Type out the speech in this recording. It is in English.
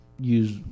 use